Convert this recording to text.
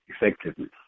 effectiveness